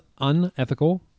unethical